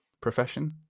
profession